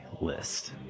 list